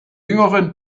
jüngeren